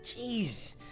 Jeez